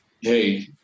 Hey